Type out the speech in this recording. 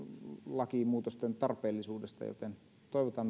lakimuutosten tarpeellisuudesta joten toivotaan